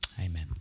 Amen